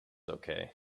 okay